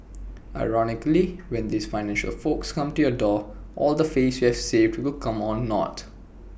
ironically when these financial folks come to your door all the face you've saved will come on naught